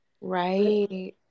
Right